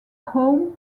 home